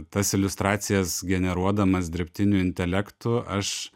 tas iliustracijas generuodamas dirbtiniu intelektu aš